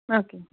ஓகேங்க